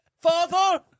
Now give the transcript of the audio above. Father